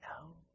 No